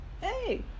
Hey